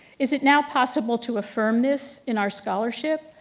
is it now possible to affirm this in our scholarship?